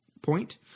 point